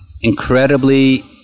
incredibly